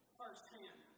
firsthand